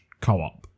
co-op